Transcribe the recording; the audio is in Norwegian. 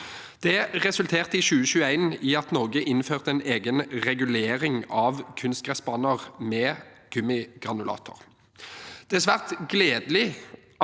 Det resulterte i 2021 i at Norge innførte en egen regulering av kunstgressbaner med gummigranulat. Det er svært gledelig at